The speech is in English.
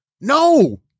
No